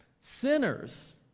Sinners